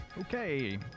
Okay